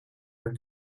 are